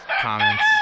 comments